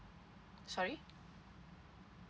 sorry